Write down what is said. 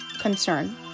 concern